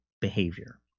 behavior